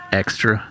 extra